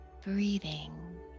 breathing